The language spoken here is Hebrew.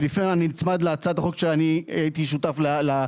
ואני נצמד להצעת החוק שהייתי שותף לה,